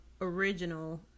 Original